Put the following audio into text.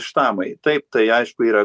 štamai taip tai aišku yra